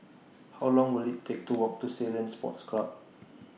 How Long Will IT Take to Walk to Ceylon Sports Club